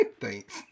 Thanks